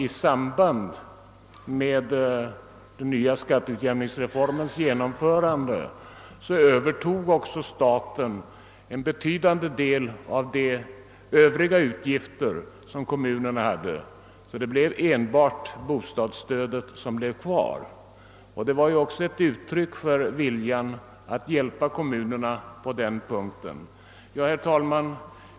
I samband med den nya skatteutjämningsreformens genomförande övertog också staten en betydande del av de övriga utgifter som kommunerna hade, och det var enbart bostadsstödet som blev kvar. Detta var också ett uttryck för viljan att hjälpa kommunerna på den punkten. Herr talman!